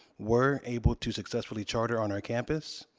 were able to successfully charter on our campus.